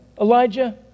Elijah